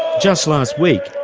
just last week,